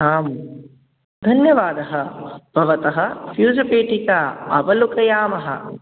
आं धन्यवादः भवतः फ़्यूज़पेटिकाम् अवलोकयामः